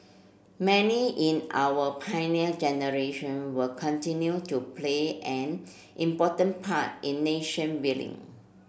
many in our Pioneer Generation will continue to play an important part in nation building